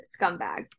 scumbag